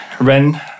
Ren